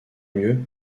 mieux